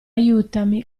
aiutami